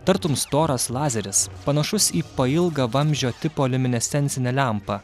tartum storas lazeris panašus į pailgą vamzdžio tipo liuminescencinę lempą